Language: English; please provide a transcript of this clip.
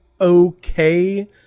okay